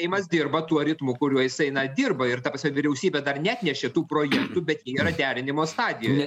seimas dirba tuo ritmu kuriuo jisai na dirba ir ta prasme vyriausybė dar neatnešė tų projektų bet jie yra derinimo stadijoje